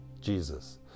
Jesus